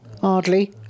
hardly